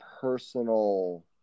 personal